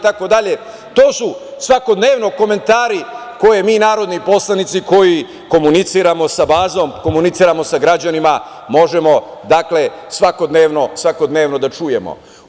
To su svakodnevno komentari koje mi narodni poslanici, koji komuniciramo sa bazom, komuniciramo sa građanima možemo svakodnevno da čujemo.